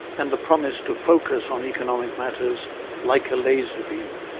and the promise to focus on economic matters like a laser beam.